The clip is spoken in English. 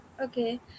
okay